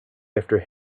after